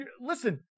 listen